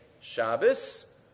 Shabbos